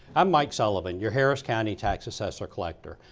i'm mike sullivan, your harris county tax assessor-collector.